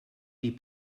dir